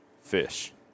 Fish